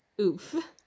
oof